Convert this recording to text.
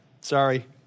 sorry